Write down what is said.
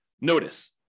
Notice